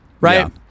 right